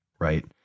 right